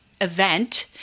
event